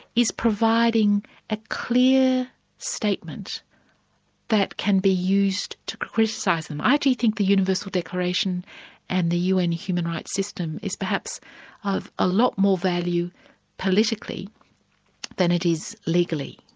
is providing a clear statement that can be used to criticise them. i do think the universal declaration and the un human rights system is perhaps of a lot more value politically than it is legally.